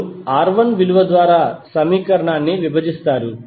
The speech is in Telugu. మీరు R1 విలువ ద్వారా సమీకరణాన్ని విభజిస్తారు